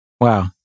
Wow